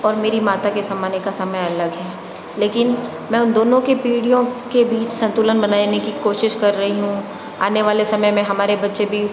और मेरी माता के ज़माने का समय अलग है लेकिन मैं उन दोनों के पीढ़ियों के बीच संतुलन बनाने की कोशिश कर रही हूँ आने वाले समय में हमारे बच्चे भी